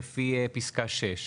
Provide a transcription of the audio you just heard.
לפי פסקה 6?